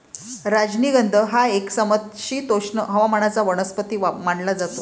राजनिगंध हा एक समशीतोष्ण हवामानाचा वनस्पती मानला जातो